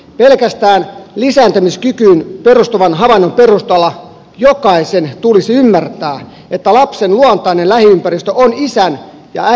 pelkästään lisääntymiskykyyn perustuvan havainnon perusteella jokaisen tulisi ymmärtää että lapsen luontainen lähiympäristö on isän ja äidin muodostama perhe